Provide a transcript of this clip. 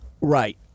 Right